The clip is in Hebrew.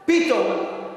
פתאום.